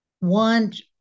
want